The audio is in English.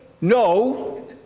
No